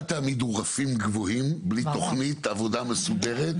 אל תעמידו רפים גבוהים בלי תכנית עבודה מסודרת,